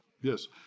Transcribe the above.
Yes